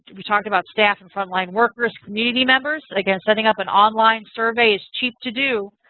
we talked about staff and frontline workers, community members. again, setting up an online survey is cheap to do.